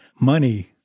money